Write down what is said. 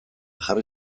jarri